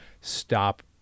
stop